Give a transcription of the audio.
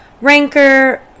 Ranker